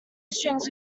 strings